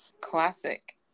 Classic